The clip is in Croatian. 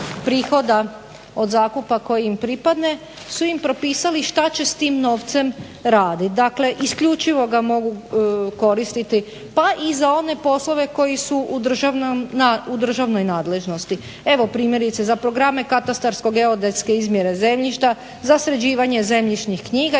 prihoda od zakupa koji im pripadne su im propisali šta će s tim novcem raditi. Dakle, isključivo ga mogu koristiti pa i za one poslove koji su u državnoj nadležnosti. Evo primjerice za programe katastarsko-geodetske izmjere zemljišta, za sređivanje zemljišnih knjiga